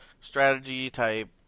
strategy-type